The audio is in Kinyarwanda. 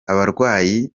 abarwayi